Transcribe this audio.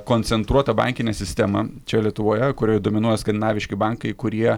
koncentruotą bankinę sistemą čia lietuvoje kurioje dominuoja skandinaviški bankai kurie